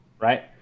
Right